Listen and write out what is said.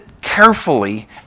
carefully